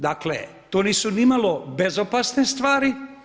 Dakle, to nisu nimalo bezopasne stvari.